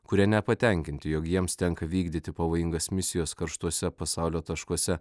kurie nepatenkinti jog jiems tenka vykdyti pavojingas misijas karštuose pasaulio taškuose